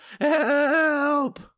help